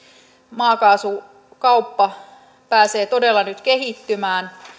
maakaasukauppa pääsee todella nyt kehittymään